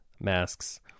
masks